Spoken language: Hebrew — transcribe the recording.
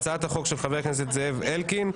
(הצעת החוק של חה"כ זאב אלקין),